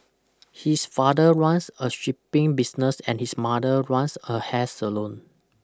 his father runs a shipping business and his mother runs a hair salon